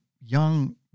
young